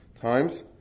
times